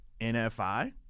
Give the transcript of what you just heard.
NFI